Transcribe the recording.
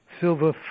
Silver